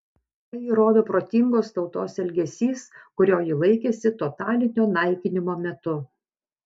tai įrodo protingos tautos elgesys kurio ji laikėsi totalinio naikinimo metu